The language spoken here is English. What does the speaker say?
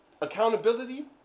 accountability